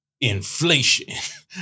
inflation